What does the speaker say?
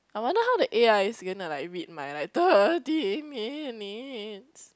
I wonder how the a_i is gonna like read my like thirty minutes